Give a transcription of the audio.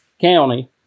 county